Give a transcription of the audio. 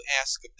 ask